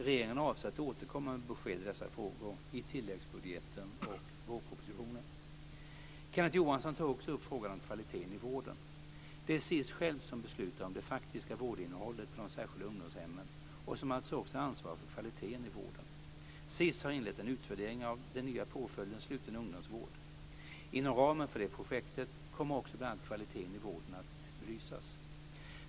Regeringen avser att återkomma med besked i dessa frågor i tilläggsbudgeten och vårpropositionen. Kenneth Johansson tar också upp frågan om kvaliteten i vården. Det är SiS själv som beslutar om det faktiska vårdinnehållet på de särskilda ungdomshemmen och som alltså också ansvarar för kvaliteten i vården. SiS har inlett en utvärdering av den nya påföljden sluten ungdomsvård. Inom ramen för det projektet kommer också bl.a. kvaliteten i vården att belysas.